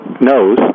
knows